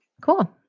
Cool